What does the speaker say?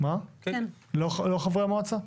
לא חברי המועצה?